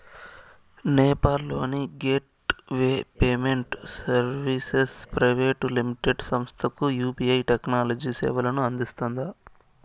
నేపాల్ లోని gateway payment services private limited సంస్థకు UPI technology సేవలను అందిస్తుందా?